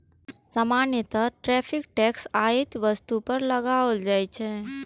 सामान्यतः tariff tax आयातित वस्तु पर लगाओल जाइ छै